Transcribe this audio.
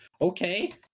Okay